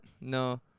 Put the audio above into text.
No